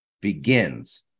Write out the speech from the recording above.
begins